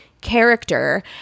character